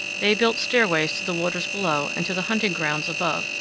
they built stairways to the waters below and to the hunting grounds above,